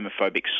homophobic